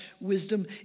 wisdom